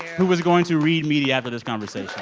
who is going to read meaty after this conversation?